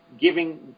giving